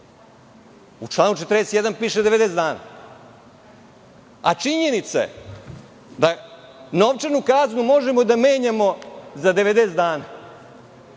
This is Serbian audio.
U članu 41. piše 90 dana. Činjenica je da novčanu kaznu možemo da menjamo za 90 dana,